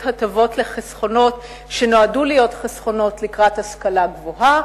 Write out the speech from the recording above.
הטבות לחסכונות שיועדו להשכלה גבוהה,